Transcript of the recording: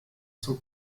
zum